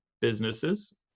businesses